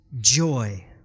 joy